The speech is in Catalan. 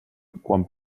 quan